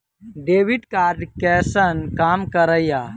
Debit card कैसन काम करेया?